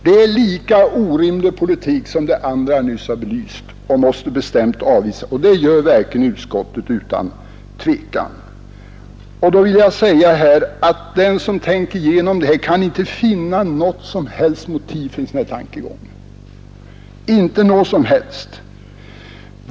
Det är en lika orimlig politik som det andra jag nyss har belyst och måste bestämt avvisas — och det gör verkligen utskottet utan tvekan. Den som tänker igenom det här kan inte finna något som helst motiv för en sådan tankegång.